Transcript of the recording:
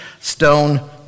stone